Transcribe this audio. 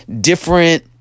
different